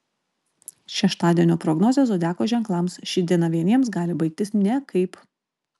šeštadienio prognozė zodiako ženklams ši diena vieniems gali baigtis nekaip